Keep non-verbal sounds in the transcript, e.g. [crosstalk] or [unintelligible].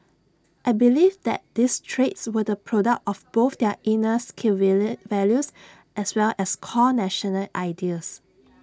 I believe that these traits were the product of both their inner Sikh [unintelligible] values as well as core national ideals